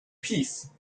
peace